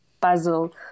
puzzle